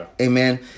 Amen